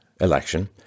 election